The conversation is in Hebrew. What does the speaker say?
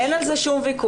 אין על זה שום ויכוח,